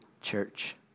church